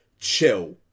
chill